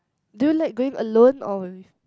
do you like going alone or with